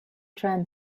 tram